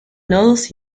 nodos